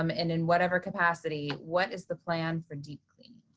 um and in whatever capacity. what is the plan for deep cleaning?